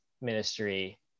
ministry